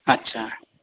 अच्छा